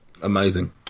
Amazing